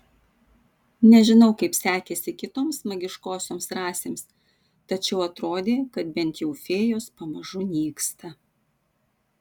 nežinau kaip sekėsi kitoms magiškosioms rasėms tačiau atrodė kad bent jau fėjos pamažu nyksta